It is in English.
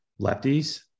lefties